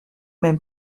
même